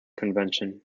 convention